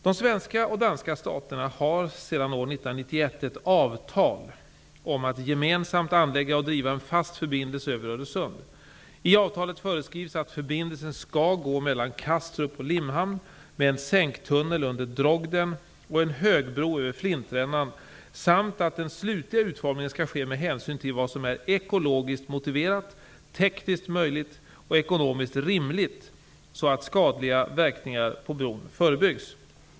De svenska och danska staterna har sedan år 1991 ett avtal om att gemensamt anlägga och driva en fast förbindelse över Öresund. I avtalet föreskrivs att förbindelsen skall gå mellan Kastrup och Limhamn med en sänktunnel under Drogden och en högbro över Flintrännan, samt att den slutliga utformningen skall ske med hänsyn till vad som är ekologiskt motiverat, tekniskt möjligt och ekonomiskt rimligt så att skadliga verkningar av bron förebyggs.